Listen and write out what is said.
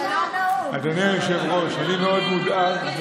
אדוני היושב-ראש, אני מאוד מודאג.